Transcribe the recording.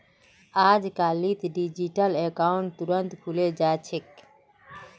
अजकालित digital account तुरंत खुले जा छेक